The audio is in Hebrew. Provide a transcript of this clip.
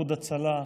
איחוד הצלה,